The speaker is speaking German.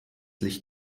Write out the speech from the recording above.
licht